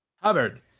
Hubbard